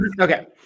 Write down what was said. okay